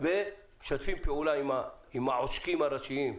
ומשתפים פעולה עם העושקים הראשיים,